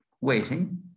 waiting